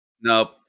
Nope